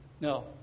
No